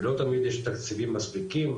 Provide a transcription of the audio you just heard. ולא תמיד יש תקציבים מספיקים,